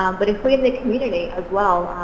um but if we in the community, as well,